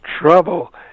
trouble